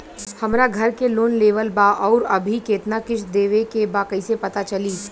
हमरा घर के लोन लेवल बा आउर अभी केतना किश्त देवे के बा कैसे पता चली?